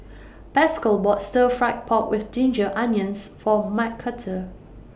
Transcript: Pascal bought Stir Fry Pork with Ginger Onions For Mcarthur